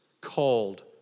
called